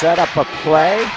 set up a play